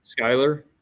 Skyler